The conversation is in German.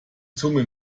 zunge